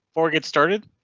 for get started,